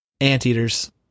Anteaters